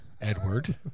Edward